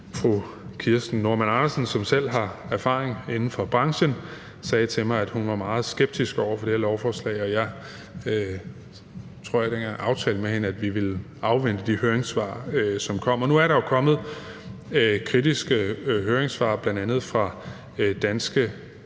fru Kirsten Normann Andersen, som selv har erfaring inden for branchen, sagde til mig, at hun var meget skeptisk over for det her lovforslag, og jeg aftalte med hende dengang, tror jeg, at vi ville afvente de høringssvar, som kom. Nu er der jo kommet kritiske høringssvar, bl.a. fra Danske